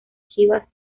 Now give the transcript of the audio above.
chivas